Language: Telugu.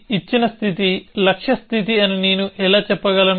ఇచ్చిన స్థితి లక్ష్య స్థితి అని నేను ఎలా చెప్పగలను